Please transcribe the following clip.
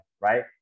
right